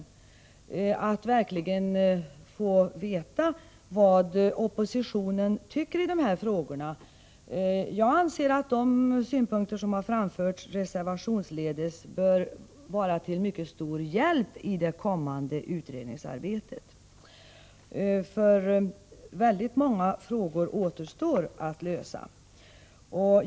Det handlar om att verkligen få veta vad oppositionen tycker i de här frågorna. Jag anser att de synpunkter som har framförts reservationsledes bör vara till mycket stor hjälp i det kommande utredningsarbetet. Väldigt många frågor återstår att lösa.